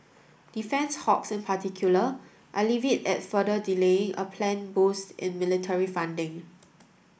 defence hawks in particular are livid at further delaying a planned boost in military funding